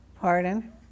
Pardon